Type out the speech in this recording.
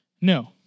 No